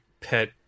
pet